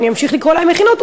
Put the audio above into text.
ואני אמשיך לקרוא להן מכינות,